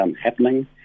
happening